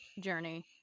Journey